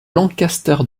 lancaster